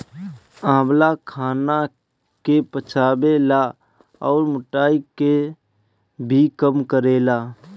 आंवला खाना के पचावे ला अउरी मोटाइ के भी कम करेला